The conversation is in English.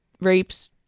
rapes